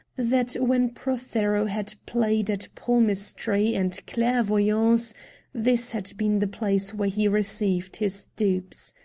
that when prothero had played at palmistry and clairvoyance this had been the place where he received his dupes.